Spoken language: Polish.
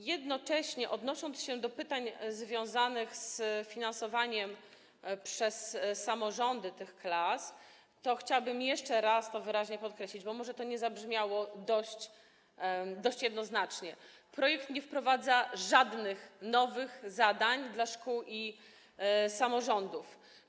Jednocześnie odnosząc się do pytań związanych z finansowaniem tych klas przez samorządy, to chciałabym jeszcze raz to wyraźnie podkreślić, bo może to nie zabrzmiało dość jednoznacznie: projekt nie wprowadza żadnych nowych zadań dla szkół ani samorządów.